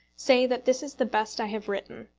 say that this is the best i have written.